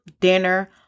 dinner